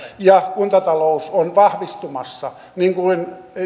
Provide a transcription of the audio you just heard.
ja kuntatalous on vahvistumassa niin kuin